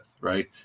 right